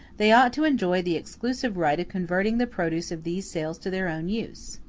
they ought to enjoy the exclusive right of converting the produce of these sales to their own use.